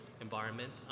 environment